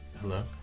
Hello